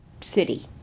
city